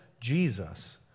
Jesus